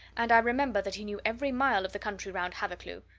and i remember that he knew every mile of the country round hathercleugh.